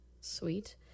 sweet